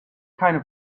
keine